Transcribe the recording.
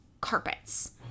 carpets